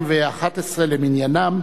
2011 למניינם.